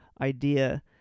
idea